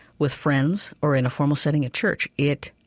with friends or in a formal setting at church? it,